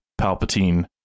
Palpatine